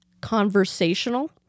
conversational